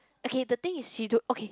okay the thing is she don't okay